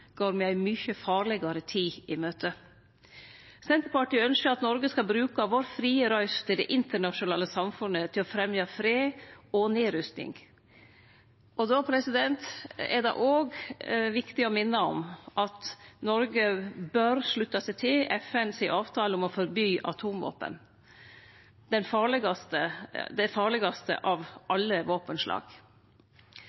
me ei mykje farlegare tid i møte. Senterpartiet ynskjer at Noreg skal bruke si frie røyst i det internasjonale samfunnet til å fremje fred og nedrusting. Då er det òg viktig å minne om at Noreg bør slutte seg til FNs avtale om å forby atomvåpen – dei farlegaste av alle våpenslag. Dessverre ser det